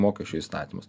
mokesčių įstatymas